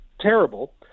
terrible